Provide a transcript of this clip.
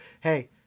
hey